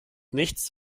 nichts